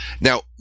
Now